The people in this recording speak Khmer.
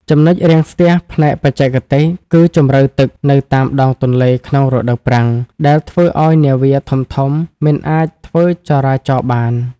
ចំណុចរាំងស្ទះផ្នែកបច្ចេកទេស គឺជម្រៅទឹកនៅតាមដងទន្លេក្នុងរដូវប្រាំង ដែលធ្វើឱ្យនាវាធំៗមិនអាចធ្វើចរាចរណ៍បាន។